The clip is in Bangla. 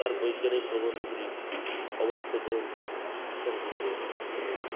তার বৈজ্ঞানিক প্রবন্ধগুলি অব্যক্ত গ্রন্থে সংকলিত হয়েছে